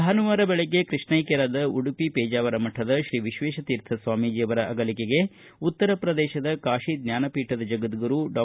ಭಾನುವಾರ ಬೆಳಿಗ್ಗೆ ಕೃಷ್ಣೈಕ್ಕರಾದ ಉಡುಪಿ ಪೇಜಾವರಮಠದ ಶ್ರೀವಿಶ್ವೇಶತೀರ್ಥ ಸ್ವಾಮೀಜಿಯವರ ಅಗಲಿಕೆಗೆ ಉತ್ತರಪ್ರದೇಶ ಕಾಶಿ ಜ್ಞಾನ ಪೀಠದ ಜಗದ್ಗುರು ಡಾ